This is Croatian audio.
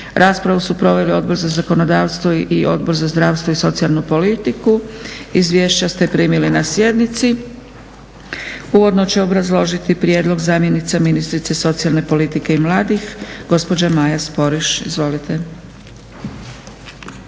Raspravu su proveli Odbor za zakonodavstvo i Odbor za zdravstvo i socijalnu politiku. izvješća ste primili na sjednici. Uvodno će obrazložiti prijedlog zamjenica ministrice socijalne politike i mladih gospođa Maja Sporiš. Izvolite.